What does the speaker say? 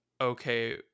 okay